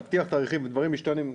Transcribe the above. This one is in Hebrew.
להבטיח תאריכים ודברים משתנים.